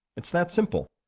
it's that simple.